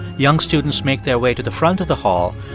young students make their way to the front of the hall,